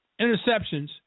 interceptions